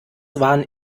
waren